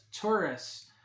tourists